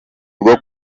bwo